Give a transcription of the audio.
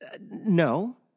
No